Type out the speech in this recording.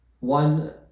One